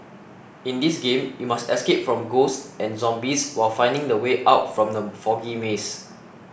in this game you must escape from ghosts and zombies while finding the way out from the foggy maze